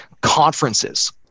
conferences